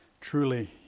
Truly